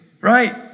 Right